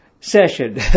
session